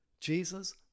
Jesus